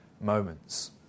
moments